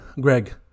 greg